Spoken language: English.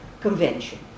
convention